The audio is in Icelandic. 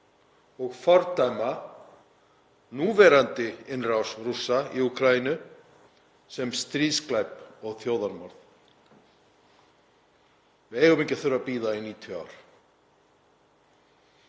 og fordæma núverandi innrás Rússa í Úkraínu sem stríðsglæp og þjóðarmorð. Við eigum ekki að þurfa að bíða í 90 ár.